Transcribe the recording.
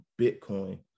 bitcoin